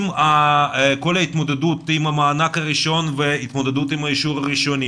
כל ההתמודדות עם המענק הראשון ועם האישור הראשוני